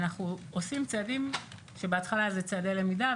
אנחנו עושים צעדים שבהתחלה היו צעדי למידה,